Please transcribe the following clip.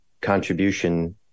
contribution